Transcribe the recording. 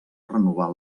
renovar